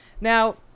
Now